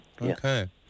okay